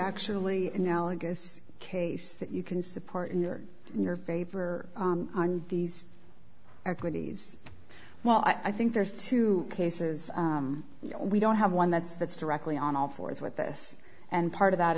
factually analogous case that you can support in your in your favor on these equities well i think there's two cases we don't have one that's that's directly on all fours with this and part of that